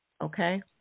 okay